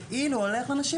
לא צריכים לספור אותי,